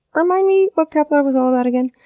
remind me what kepler was all about again?